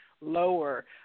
lower